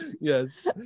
Yes